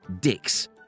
dicks